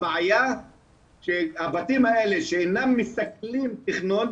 הבעיה שהבתים שאינם מסכלים תכנון,